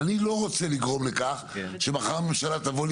אני לא רוצה לגרום לכך שמחר הממשלה תבוא לי